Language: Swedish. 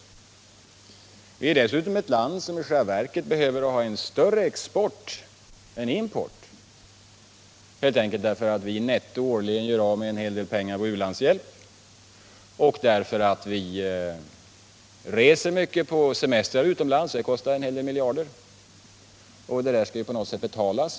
Sverige är dessutom ett land som i själva verket skulle behöva ha en större export än import, helt enkelt därför att vi netto årligen gör av med en hel del pengar på u-landshjälp och därför att många svenskar reser på semester utomlands. Det kostar en hel del miljarder, och det måste betalas.